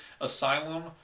Asylum